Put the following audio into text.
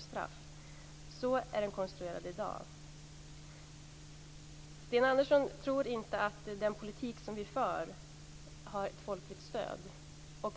straff. Så är lagen konstruerad i dag. Sten Andersson tror inte att den politik som vi för har ett folkligt stöd.